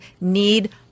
need